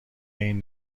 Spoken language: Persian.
این